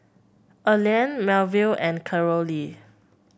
Earlean Melville and Carolee